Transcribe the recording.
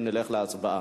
ונלך להצבעה.